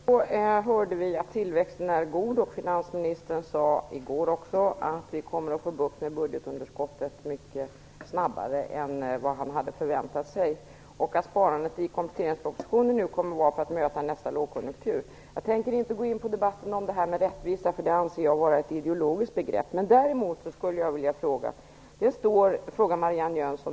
Fru talman! Nyss hörde vi att tillväxten är god. I går sade också finansministern att vi kommer att få bukt med budgetunderskottet mycket snabbare än vad han hade förväntat sig och att besparingarna som finns i kompletteringspropositionen görs för att möta nästa lågkonjunktur. Jag tänker inte gå in på debatten om rättvisa, eftersom jag anser det vara ett ideologiskt begrepp. Däremot skulle jag vilja ställa en fråga till Marianne Jönsson.